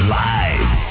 live